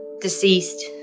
deceased